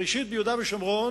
ראשית, ביהודה ושומרון,